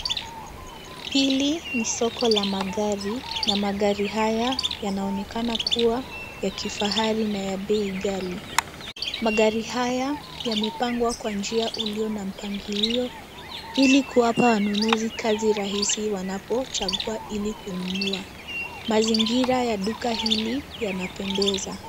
Hili ni soko la magari na magari haya yanaonekana kuwa ya kifahari na ya bei ghali. Magari haya yamepangwa kwa njia ulio na mpangilio. ili kuwapa wanunuzi kazi rahisi wanapochagua ili kununua. Mazingira ya duka hili yanapendeza.